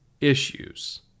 issues